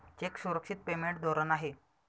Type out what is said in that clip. check सुरक्षित payment धोरण आहे